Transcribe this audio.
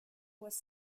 was